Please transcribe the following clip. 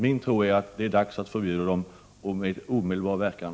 Min tro är att det är dags att förbjuda dem med omedelbar verkan.